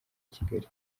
kigali